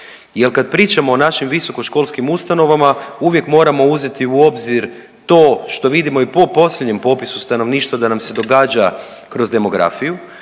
kad pričamo o našim visokoškolskim ustanovama, uvijek moramo uzeti u obzir to što vidimo i po posljednjem popisu stanovništva, da nas se događa kroz demografiju,